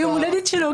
ביום ההולדת שלו,